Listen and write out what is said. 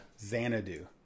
xanadu